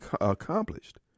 accomplished